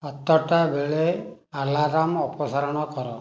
ସାତଟା ବେଳେ ଆଲାରାମ୍ ଅପସାରଣ କର